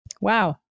wow